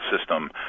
system